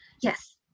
yes